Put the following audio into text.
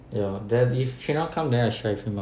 ya then chen hao come then I share with him lor